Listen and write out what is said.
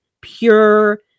pure